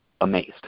amazed